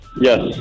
Yes